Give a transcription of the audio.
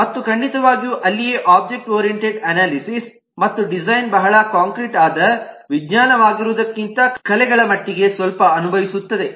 ಮತ್ತು ಖಂಡಿತವಾಗಿಯೂ ಅಲ್ಲಿಯೇ ಒಬ್ಜೆಕ್ಟ್ ಓರಿಯೆಂಟೆಡ್ ಅನಾಲಿಸಿಸ್ ಮತ್ತು ಡಿಸೈನ್ ಬಹಳ ಕಾಂಕ್ರೀಟ್ ಆದ ವಿಜ್ಞಾನವಾಗಿರುವುದಕ್ಕಿಂತ ಕಲೆಗಳ ಕಡೆಗೆ ಸ್ವಲ್ಪಮಟ್ಟಿಗೆ ಅನುಭವಿಸುತ್ತದೆ